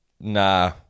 nah